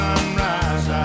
Sunrise